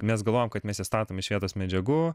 mes galvojom kad mes ją statom iš vietos medžiagų